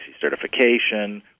certification